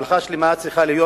המלאכה השלמה צריכה להיות,